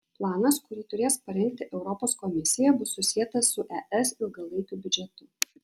planas kurį turės parengti europos komisija bus susietas su es ilgalaikiu biudžetu